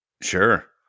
Sure